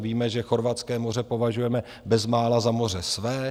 Víme, že chorvatské moře považujeme bezmála za moře své.